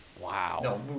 Wow